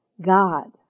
God